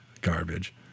garbage